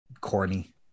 Corny